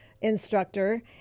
instructor